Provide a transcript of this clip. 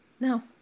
No